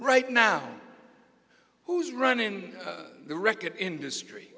right now who's running the record industry